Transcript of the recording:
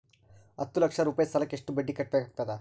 ಹತ್ತ ಲಕ್ಷ ರೂಪಾಯಿ ಸಾಲಕ್ಕ ಎಷ್ಟ ಬಡ್ಡಿ ಕಟ್ಟಬೇಕಾಗತದ?